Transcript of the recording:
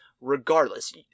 regardless